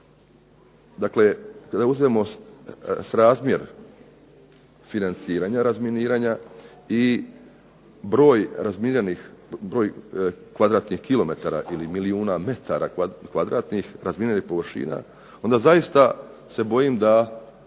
dakle kada uzmemo srazmjer financiranja razminiranja i broj razminiranih broj km2 ili milijuna m2 razminiranih površina, onda zaista se bojim da